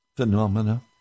Phenomena